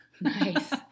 Nice